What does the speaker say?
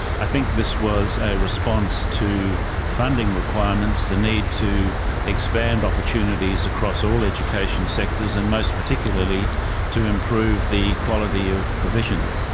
i think this was a response to funding requirements, the need to expand opportunities across all education sectors and most particularly to improve the quality of provision.